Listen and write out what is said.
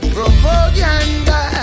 Propaganda